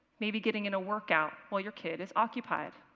maybe getting in a workout while your kid is occupied.